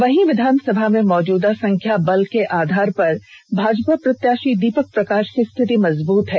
वहीं विधानसभा में मौजूदा संख्या बल के आधार पर भाजपा प्रत्याशी दीपक प्रकाश की स्थिति मजबूत है